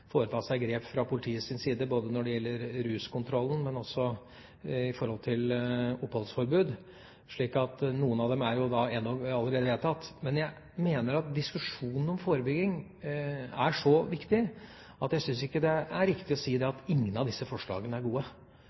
foreta grep både når det gjelder ruskontroll og også i forhold til oppholdsforbud. Noen av dem er altså allerede vedtatt. Jeg mener at diskusjonen om forebygging er så viktig at jeg syns ikke det er riktig å si at ingen av disse forslagene er gode.